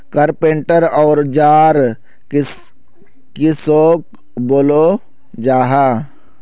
Carpenter औजार किसोक बोलो जाहा?